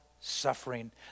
suffering